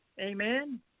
Amen